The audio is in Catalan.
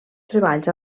treballs